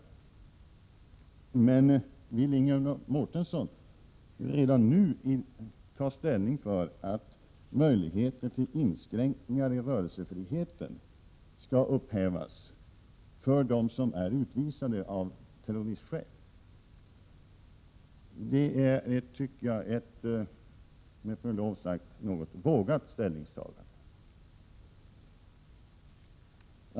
Men vill Ingela Mårtensson redan nu ta ställning för ett upphävande av möjligheterna till inskränkningar i rörelsefriheten för dem som är utvisade av terroristskäl? Det är ett, med förlov sagt, något vågat ställningstagande.